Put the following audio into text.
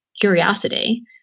curiosity